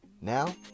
Now